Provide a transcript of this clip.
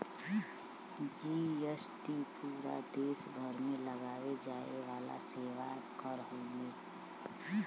GST पूरा देस भर में लगाये जाये वाला सेवा कर हउवे